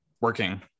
working